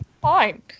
Fine